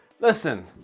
listen